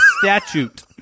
statute